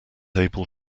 able